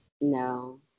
No